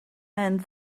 and